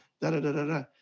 da-da-da-da-da